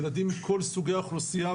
ילדים מכל סוגי האוכלוסיה.